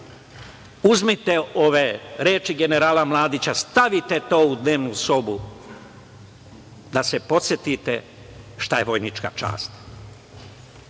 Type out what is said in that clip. uzmite ove reči generala Mladića, stavite to u dnevnu sobu da se podsetite šta je vojnička čast.